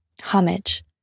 Homage